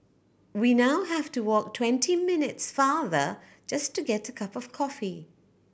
we now have to walk twenty minutes farther just to get a cup of coffee